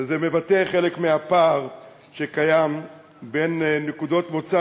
וזה מבטא חלק מהפער שקיים בין נקודות מוצא